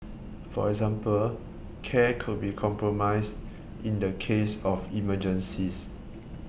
for example care could be compromised in the case of emergencies